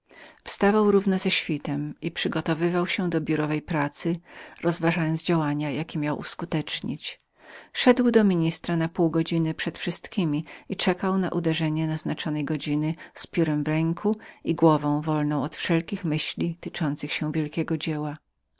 wstawał równo ze świtem i przygotowywał się do biórowej pracy przez uwagi zastosowane do działań jakie umiał uskutecznić szedł do ministra na półgodziny przed wszystkiemi i czekał na uderzenie naznaczonej godziny z piórem w ręku i głową wolną od wszelkich myśli tyczących się jego wielkiego dzieła